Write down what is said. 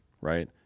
right